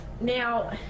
Now